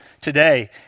today